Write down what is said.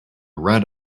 red